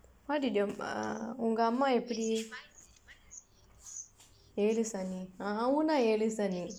உங்க அம்மா எப்புடி ஏழு சனி ஏழு சனி:ungka ammaa eppudi eezhu sani eezhu sani